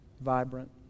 vibrant